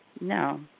no